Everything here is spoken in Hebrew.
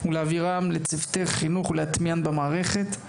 להעבירן לצוותי חינוך ולהטמיען במערכת.